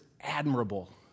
admirable